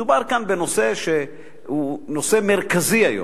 מדובר כאן בנושא שהוא נושא מרכזי היום,